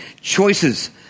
choices